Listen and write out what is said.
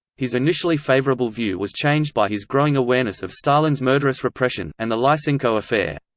his initially favourable view was changed by his growing awareness of stalin's murderous repression, and the lysenko affair.